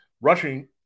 rushing